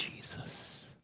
Jesus